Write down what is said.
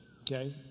Okay